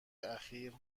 اخیر